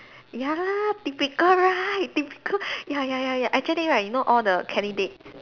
ya typical right typical ya ya ya ya actually right you know all the candidates